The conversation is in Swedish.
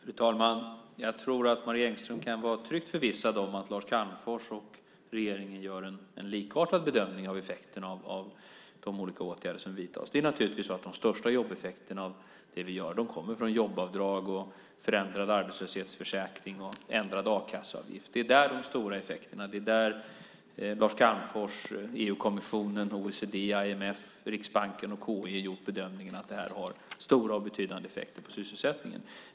Fru talman! Jag tror att Marie Engström kan vara tryggt förvissad om att Lars Calmfors och regeringen gör en likartad bedömning av effekterna av de olika åtgärder som vidtas. De största jobbeffekterna av det vi gör kommer naturligtvis från jobbavdrag, förändrad arbetslöshetsförsäkring och ändrad a-kasseavgift. Det är där de stora effekterna kommer. Lars Calmfors, EU-kommissionen, OECD, IMF, Riksbanken och KI har gjort bedömningen att detta har stora och betydande effekter på sysselsättningen.